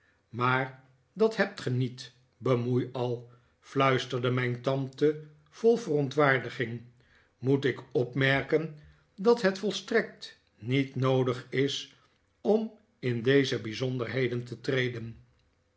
maar dat hebt ge niet bemoeial fluisterde mijn tante vol verontwaardiging moet ik opmerken dat het volstrekt niet noodig is om in deze bijzonderheden te treden